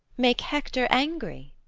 make hector angry?